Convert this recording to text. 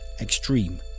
extreme